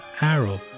arrow